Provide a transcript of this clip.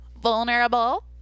vulnerable